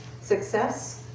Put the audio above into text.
success